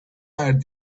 are